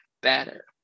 better